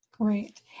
Great